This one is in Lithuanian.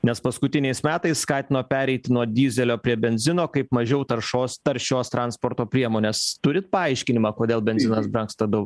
nes paskutiniais metais skatino pereiti nuo dyzelio prie benzino kaip mažiau taršos taršios transporto priemonės turit paaiškinimą kodėl benzinas brangsta daug